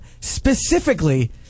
specifically